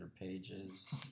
pages